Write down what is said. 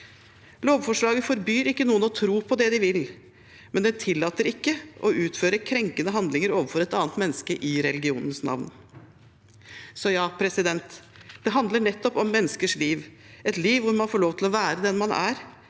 Lovforslaget forbyr ikke noen å tro på det de vil, men det tillater ikke å utføre krenkende handlinger overfor et annet menneske i religionens navn. – Så ja, det handler nettopp om menneskers liv – et liv hvor man får lov til å være den man er,